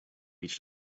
beach